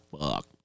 fuck